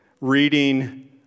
reading